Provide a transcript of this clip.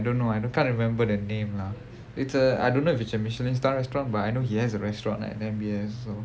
எடுத்தா வந்து:eduthaa vandhu I don't know I can't remember the name lah it's a I don't know if it's a michelin star restaurant but I know he has a restaurant at M_B_S so